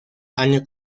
año